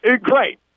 great